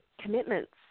commitments